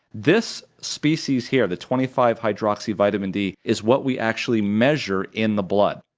this species here, the twenty five hydroxy vitamin d, is what we actually measure in the blood.